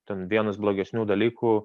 ten vienas blogesnių dalykų